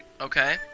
Okay